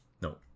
No